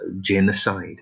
genocide